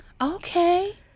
Okay